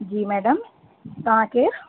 जी madam तव्हां केरु